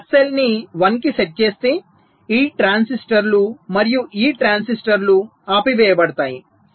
మీరు SL ని 1 కి సెట్ చేస్తే ఈ ట్రాన్సిస్టర్లు మరియు ఈ ట్రాన్సిస్టర్లు ఆపివేయబడతాయి